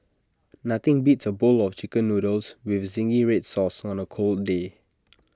nothing beats A bowl of Chicken Noodles with Zingy Red Sauce on A cold day